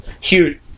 huge